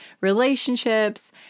relationships